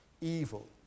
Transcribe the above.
evil